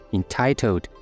entitled